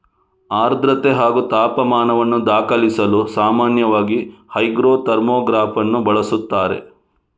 ಆರ್ದ್ರತೆ ಹಾಗೂ ತಾಪಮಾನವನ್ನು ದಾಖಲಿಸಲು ಸಾಮಾನ್ಯವಾಗಿ ಹೈಗ್ರೋ ಥರ್ಮೋಗ್ರಾಫನ್ನು ಬಳಸುತ್ತಾರೆ